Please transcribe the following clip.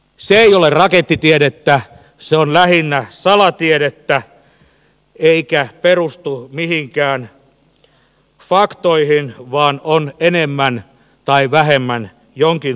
se ei ole rakettitiedettä se on lähinnä salatiedettä eikä perustu mihinkään faktoihin vaan on enemmän tai vähemmän jonkin sortin unelmahöttöä